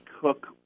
cook